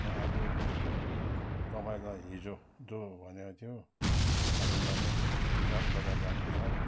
म आज तपाईँलाई हिजो जो भनेको थियो कालेबुङ जाने विचार बजार जाने विचार